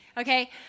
okay